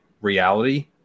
reality